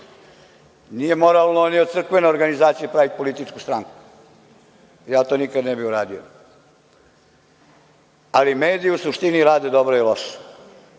Nije moralno ni da od crkvene organizacije pravite političku stranku, to nikad ne bih uradio. Ali, mediji u suštini rade dobro i loše.